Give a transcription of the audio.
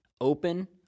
open